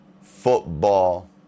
football